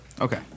Okay